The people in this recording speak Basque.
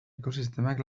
ekosistemak